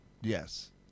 yes